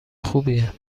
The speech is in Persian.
خوبیه